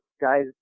guys